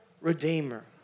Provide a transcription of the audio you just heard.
Redeemer